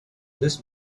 this